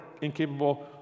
incapable